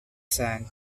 scent